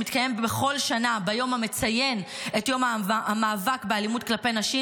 שמתקיים בכל שנה ביום המציין את יום המאבק באלימות כלפי נשים,